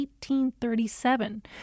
1837